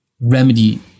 remedy